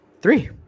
three